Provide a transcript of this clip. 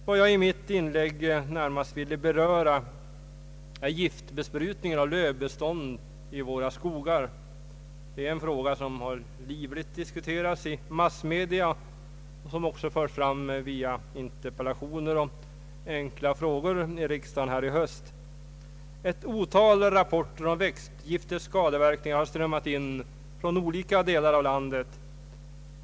Vad jag i mitt inlägg närmast ville beröra är giftbesprutningen av lövbestånd i våra skogar, en fråga som livligt har diskuterats i massmedia och som också förts fram via interpellationer och enkla frågor här i riksdagen i höst. Ett otal rapporter om växtgifters skadeverkningar har strömmat in från olika delar av landet.